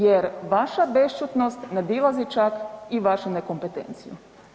Jer vaša bešćutnost nadilazi čak i vašu nekompetenciju.